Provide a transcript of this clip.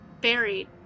buried